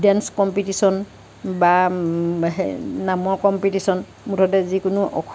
দেঞ্চ competition বা নামৰ competition মুঠতে যিকোনো